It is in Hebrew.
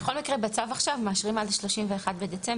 בכל מקרה בצו עכשיו, מאשרים עד ה-31 בדצמבר